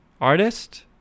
artist